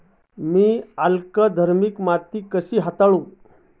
मी अल्कधर्मी माती कशी हाताळू?